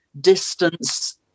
distance